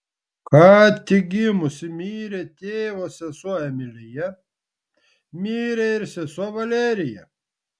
ką tik gimusi mirė tėvo sesuo emilija mirė ir sesuo valerija